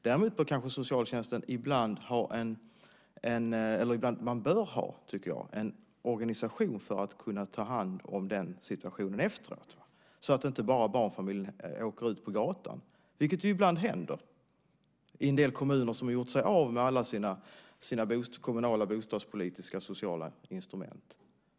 Däremot bör socialtjänsten ha en organisation för att kunna ta hand om den situationen efteråt, så att barnfamiljer inte åker ut på gatan, vilket ibland händer i en del kommuner som gjort sig av med alla sina kommunala, bostadspolitiska och sociala instrument.